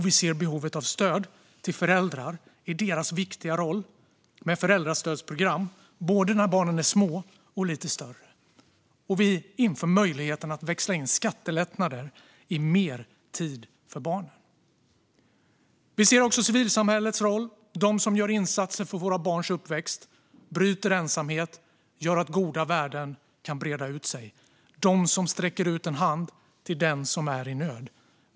Vi ser behovet av stöd till föräldrar i deras viktiga roll med föräldrastödsprogram när barnen är både små och lite större. Vi inför möjligheten att växla in skattelättnader i mer tid för barnen. Vi ser också civilsamhällets roll. Det gäller dem som gör insatser för våra barns uppväxt, bryter ensamhet och gör att goda värden kan breda ut sig. Det gäller dem som sträcker ut en hand till den som är i nöd.